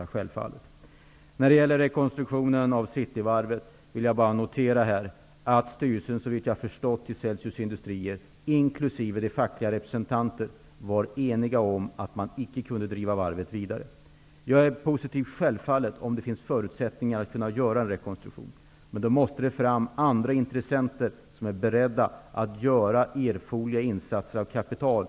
Såvitt jag har förstått när gäller rekonstruktionen av Cityvarvet, var styrelsen i Celsius Industrier och de fackliga representanterna eniga om att det inte gick att driva varvet längre. Självfallet ställer jag mig positiv om det finns förutsättningar till en rekonstruktion. Då måste det emellertid komma fram andra intressenter, som är beredda till erforderliga insatser av kapital.